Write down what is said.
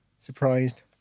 surprised